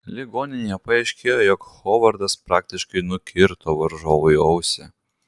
ligoninėje paaiškėjo jog hovardas praktiškai nukirto varžovui ausį